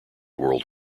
world